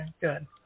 good